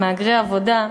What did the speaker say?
מהגרי עבודה.